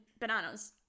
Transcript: bananas